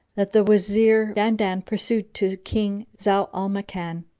that the wazir dandan pursued to king zau al-makan,